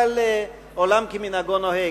אבל עולם כמנהגו נוהג.